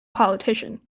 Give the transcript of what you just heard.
politician